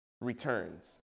returns